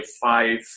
five